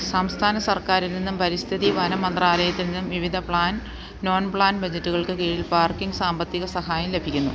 സംസ്ഥാന സർക്കാരിൽ നിന്നും പരിസ്ഥിതി വനം മന്ത്രാലയത്തിൽ നിന്നും വിവിധ പ്ലാൻ നോൺപ്ലാൻ ബജറ്റുകൾക്ക് കീഴിൽ പാർക്കിങ് സാമ്പത്തിക സഹായം ലഭിക്കുന്നു